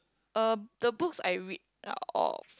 uh the books I read out of